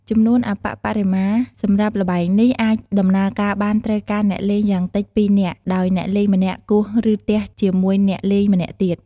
ចំនួនអប្បបរមាសម្រាប់ល្បែងនេះអាចដំណើរការបានត្រូវការអ្នកលេងយ៉ាងតិច ២ នាក់ ដោយអ្នកលេងម្នាក់គោះ ឬទះជាមួយអ្នកលេងម្នាក់ទៀត។